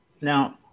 now